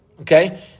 okay